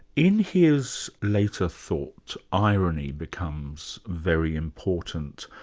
in his later thought, irony becomes very important.